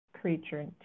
creature